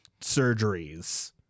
surgeries